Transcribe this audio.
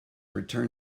return